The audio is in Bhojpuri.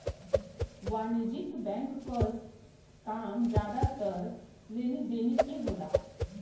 वाणिज्यिक बैंक क काम जादातर लेनी देनी के होला